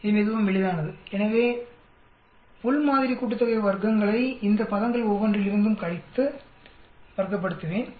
இது மிகவும் எளிதானது எனவே வர்க்கங்களின் உள் மாதிரி கூட்டுத்தொகையை இந்த பதங்கள் ஒவ்வொன்றில் இருந்தும் கழித்து வர்க்கப்படுத்துவேன்